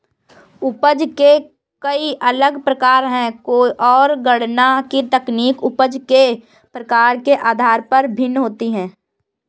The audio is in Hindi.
उपज के कई अलग प्रकार है, और गणना की तकनीक उपज के प्रकार के आधार पर भिन्न होती है